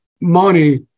money